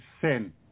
sin